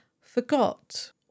forgot